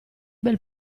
bel